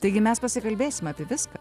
taigi mes pasikalbėsim apie viską